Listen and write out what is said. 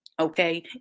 Okay